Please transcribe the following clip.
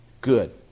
good